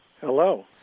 Hello